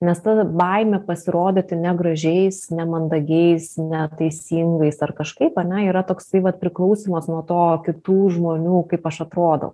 nes ta baimė pasirodyti negražiais nemandagiais neteisingais ar kažkaip ane yra toksai vat priklausymas nuo to kitų žmonių kaip aš atrodau